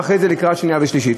ואחרי זה בקריאה שנייה ושלישית.